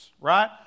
right